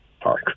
park